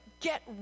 get